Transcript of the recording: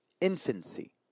Infancy